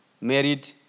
married